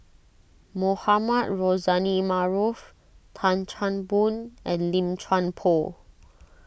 Mohamed Rozani Maarof Tan Chan Boon and Lim Chuan Poh